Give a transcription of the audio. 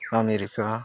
America